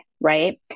right